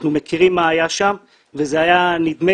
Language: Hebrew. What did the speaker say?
אנחנו מכירים מה היה שם וזה היה נדמה